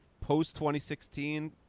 post-2016